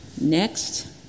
Next